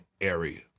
area